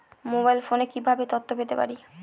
Mobile ফোনে কিভাবে তথ্য পেতে পারি?